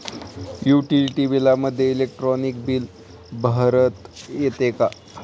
Utility बिलामध्ये electronic bill भरता येते का?